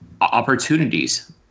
opportunities